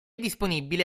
disponibile